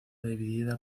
dividida